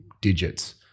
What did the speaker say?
digits